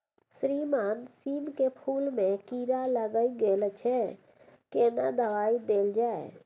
श्रीमान सीम के फूल में कीरा लाईग गेल अछि केना दवाई देल जाय?